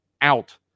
out